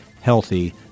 healthy